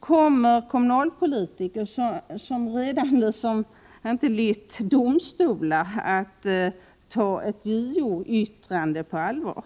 Kommer kommunalpolitiker som inte lytt domstolar att ta ett JO-yttrande på allvar?